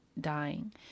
dying